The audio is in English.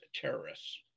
terrorists